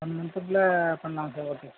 one மந்த்துக்குள்ளே பண்ணலாங்க sir okay sir